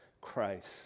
Christ